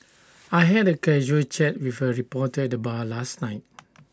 I had A casual chat with A reporter at the bar last night